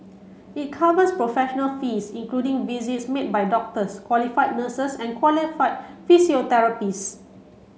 it covers professional fees including visits made by doctors qualified nurses and qualified physiotherapists